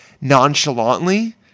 nonchalantly